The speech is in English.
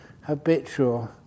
habitual